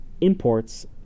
imports